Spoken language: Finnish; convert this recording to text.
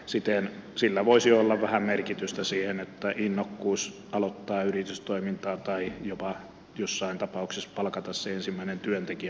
siten sillä voisi olla vähän merkitystä siihen että innokkuus aloittaa yritystoimintaa tai jopa jossain tapauksessa palkata se ensimmäinen työntekijä paranisi